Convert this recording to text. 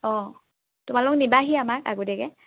অঁ তোমালোকে নিবাহি আমাক আগতীয়াকৈ